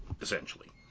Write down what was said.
essentially